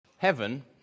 Heaven